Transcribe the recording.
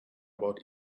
about